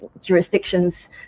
jurisdictions